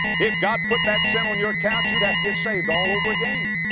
if god put that sin on your account, you'd have to get saved all over again,